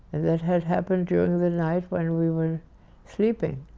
and that had happened during the night when we were sleeping